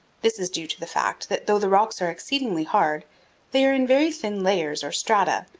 this is due to the fact that though the rocks are exceedingly hard they are in very thin layers or strata,